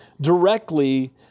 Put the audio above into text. directly